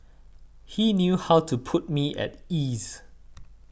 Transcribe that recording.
he knew how to put me at ease